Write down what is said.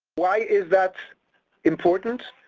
why is that important?